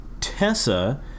Tessa